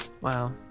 Wow